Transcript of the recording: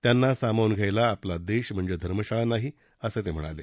त्यांना सामावून घ्यायला आपला देश म्हणजे धर्मशाळा नाही असं ते म्हणाले